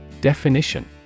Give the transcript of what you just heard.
Definition